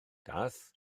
ddaeth